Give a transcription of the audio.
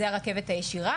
זו הרכבת הישירה.